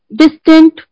distant